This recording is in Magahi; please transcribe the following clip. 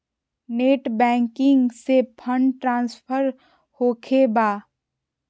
नेट बैंकिंग से फंड ट्रांसफर होखें बा?